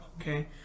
okay